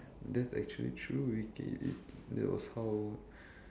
that's actually true which is that was how